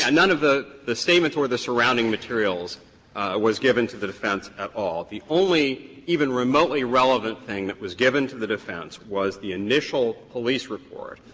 and none of the the statements or the surrounding materials was given to the defense at all. the only even remotely relevant thing that was given to the defense was the initial police report,